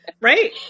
right